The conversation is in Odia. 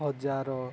ହଜାର